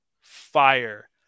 fire